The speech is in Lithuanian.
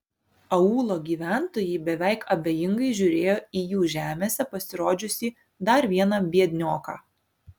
aūlo gyventojai beveik abejingai žiūrėjo į jų žemėse pasirodžiusį dar vieną biednioką